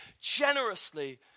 generously